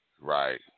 Right